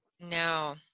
No